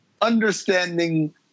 understanding